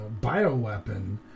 bioweapon